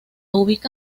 ubica